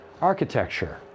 architecture